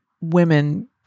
women